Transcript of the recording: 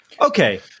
Okay